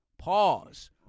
pause